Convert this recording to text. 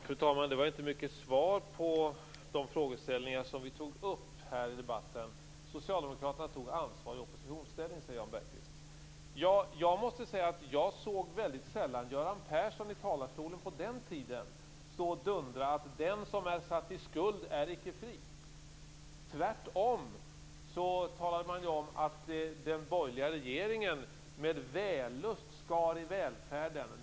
Fru talman! Det var inte mycket svar på de frågor som togs upp här i debatten. Socialdemokraterna tog ansvar i oppositionsställning, säger Jan Bergqvist. Jag måste säga att jag på den tiden väldigt sällan hörde Göran Persson stå i talarstolen och dundra att den som är satt i skuld är icke fri. Tvärtom talade man om att den borgerliga regeringen med vällust skar i välfärden.